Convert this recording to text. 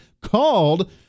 called